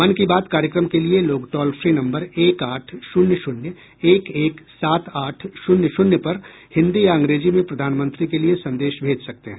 मन की बात कार्यक्रम के लिए लोग टोल फ्री नम्बर एक आठ शून्य शून्य एक एक सात आठ शून्य शून्य पर हिन्दी या अंग्रेजी में प्रधानमंत्री के लिए संदेश भेज सकते हैं